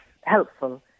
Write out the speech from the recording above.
helpful